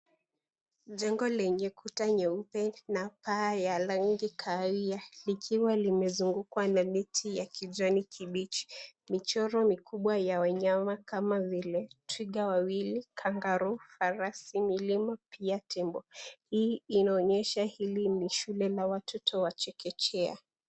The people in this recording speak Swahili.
Jengo lenye kuta nyeupe na paa ya rangi kahawia, likiwa limezungukwa na miti ya kijani kibichi. Michoro mikubwa ya wanyama kama vile twiga wawili, kangaruu, farasi, milima pia tembo. Hii inaonyesha hili ni shule la watoto wa chekechea.